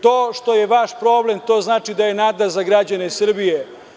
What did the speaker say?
To što je vaš problem, to znači da je nada za građane Srbije.